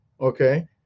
Okay